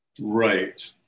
Right